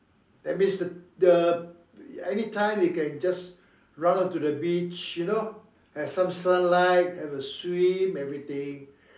that means the anytime you can just run out to the beach you know have some sunlight have a swim everything